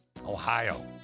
Ohio